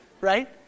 right